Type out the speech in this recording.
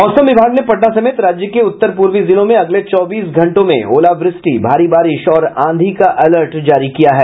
मौसम विभाग ने पटना समेत राज्य के उत्तर पूर्वी जिलों में अगले चौबीस घंटों में ओलावृष्टि भारी बारिश और आंधी का अलर्ट जारी किया है